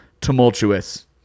tumultuous